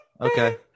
Okay